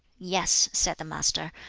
yes, said the master,